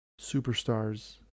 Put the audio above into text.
superstars